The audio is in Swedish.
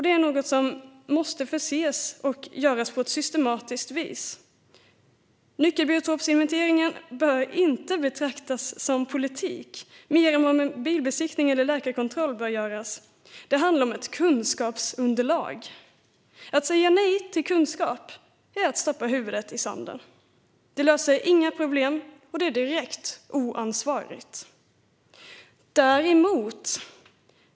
Det är något som måste göras på ett systematiskt vis. Nyckelbiotopsinventeringen bör inte betraktas som politik mer än vad en bilbesiktning eller läkarkontroll betraktas som. Det handlar om ett kunskapsunderlag. Att säga nej till kunskap är att stoppa huvudet i sanden. Det löser inga problem, och det är direkt oansvarigt.